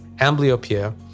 Amblyopia